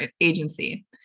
agency